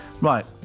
Right